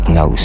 no